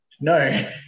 No